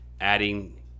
adding